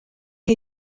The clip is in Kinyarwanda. aho